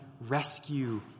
rescue